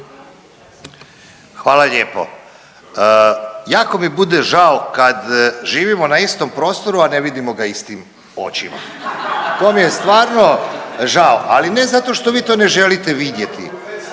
Hvala lijepo. Jako mi mude žao kad živimo na istom prostoru, a ne vidimo ga istim očima. To mi je stvarno žao, ali ne zato što vi to ne želite vidjeti.